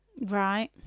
Right